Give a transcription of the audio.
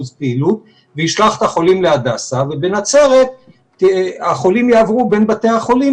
פעילות וישלח את החולים להדסה ובנצרת החולים יעברו בין בתי החולים,